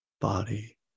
body